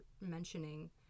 mentioning